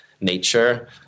nature